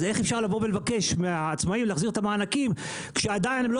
זה אומר איך אפשר לבוא ולבקש מהעצמאים להחזיר את המענקים כשעדין הם לא